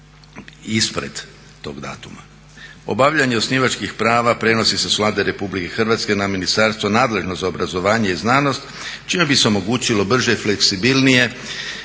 ispred tog datuma.